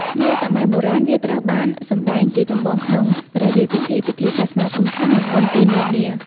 នាសម័យបុរាណ វាត្រូវបានសម្ដែងជាចម្បងក្នុងព្រះរាជពិធី ពិធីសាសនាធំៗ និងបុណ្យទាននានា ។